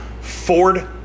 Ford